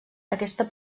aquesta